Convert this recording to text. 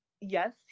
yes